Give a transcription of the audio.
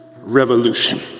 revolution